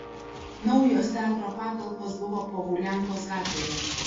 naujos teatro patalpos buvo pohuliankos gatvėje